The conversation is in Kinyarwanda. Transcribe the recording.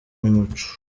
n’umuco